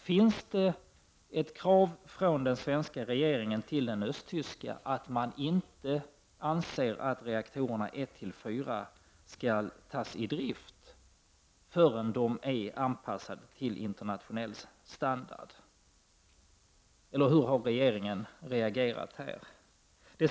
Finns det ett krav från den svenska regeringen till den östtyska att man inte anser att reaktorerna 1—4 skall tas i drift förrän de är anpassade till internationell standard? Hur har regeringen reagerat här?